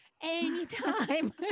anytime